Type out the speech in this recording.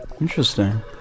interesting